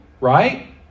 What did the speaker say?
right